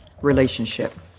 relationship